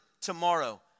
tomorrow